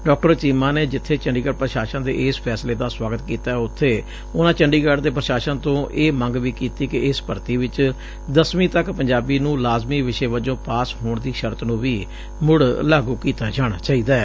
ਡਾ ਚੀਮਾ ਨੇ ਜਿੱਬੇ ਚੰਡੀਗੜ ਪ੍ਰਸ਼ਾਸ਼ਨ ਦੇ ਇਸ ਫੈਸਲੇ ਦਾ ਸੁਆਗਤ ਕੀਤੈ ਉਬੇ ਉਨਾਂ ਚੰਡੀਗੜ ਦੇ ਪ੍ਰਸ਼ਾਸ਼ਨ ਤੋ ਇਹ ਮੰਗ ਵੀ ਕੀਤੀ ਕਿ ਇਸ ਭਰਤੀ ਵਿੱਚ ਦਸਵੀ ਤੱਕ ਪੰਜਾਬੀ ਨੂੰ ਲਾਜ਼ਮੀ ਵਿਸ਼ੇ ਵਜੋ ਪਾਸ ਹੋਣ ਦੀ ਸ਼ਰਤ ਨੂੰ ਵੀ ਮੁੜ ਲਾਗ ਕੀਤਾ ਜਾਣਾ ਚਾਹੀਦੈ